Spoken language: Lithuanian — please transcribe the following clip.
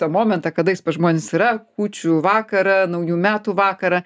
tą momentą kada jis pas žmones yra kūčių vakarą naujų metų vakarą